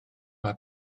mae